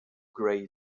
great